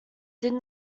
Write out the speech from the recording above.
did